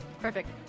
perfect